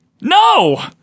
No